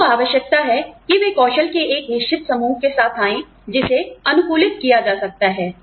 उनको आवश्यकता है कि वे कौशल के एक निश्चित समूह के साथ आए जिसे अनुकूलित किया जा सकता है